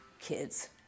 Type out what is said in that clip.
kids